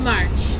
March